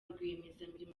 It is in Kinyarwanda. rwiyemezamirimo